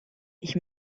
ich